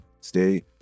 Stay